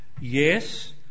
Yes